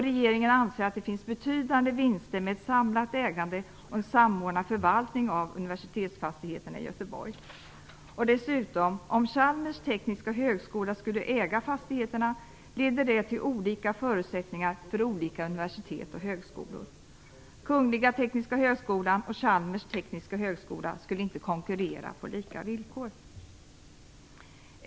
Regeringen anser att det finns betydande vinster med ett samlat ägande och en samordnad förvaltning av universitetsfastigheterna i Göteborg. Om Chalmers Tekniska högskola skulle äga fastigheterna leder det dessutom till olika förutsättningar för olika universitet och högskolor. Kungliga Tekniska högskolan och Chalmers tekniska högskola skulle inte konkurrera på lika villkor.